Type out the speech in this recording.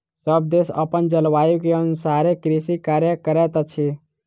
सभ देश अपन जलवायु के अनुसारे कृषि कार्य करैत अछि